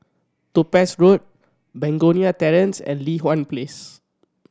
Topaz Road Begonia Terrace and Li Hwan Place